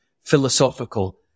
philosophical